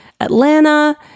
Atlanta